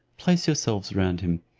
place yourselves round him,